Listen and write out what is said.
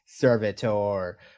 Servitor